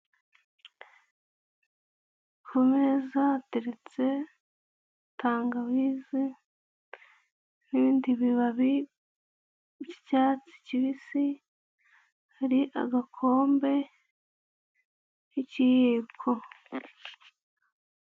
Kumeza hateretse tangawizi, n'ibindi bibabi by'icyatsi kibisi, hari agakombe k'ikiyiko.